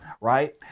right